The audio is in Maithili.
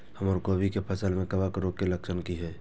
हमर कोबी के फसल में कवक रोग के लक्षण की हय?